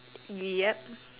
yup